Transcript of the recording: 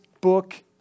book